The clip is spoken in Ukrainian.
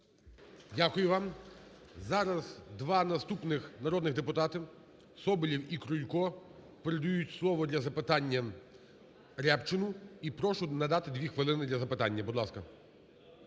Дякую вам. Зараз два наступних народних депутати, Соболєв і Крулько, передають слово для запитання Рябчину. І прошу надати 2 хвилини для запитання.